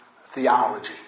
theology